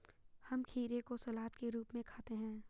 हम खीरे को सलाद के रूप में खाते हैं